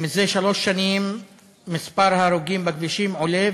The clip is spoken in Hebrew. זה שלוש שנים מספר ההרוגים בכבישים עולה,